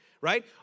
right